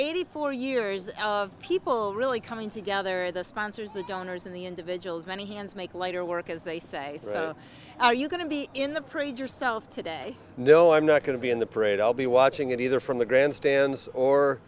eighty four years people really coming together the sponsors the donors and the individuals many hands make light or work as they say are you going to be in the parade yourself today no i'm not going to be in the parade i'll be watching it either from the grandstands or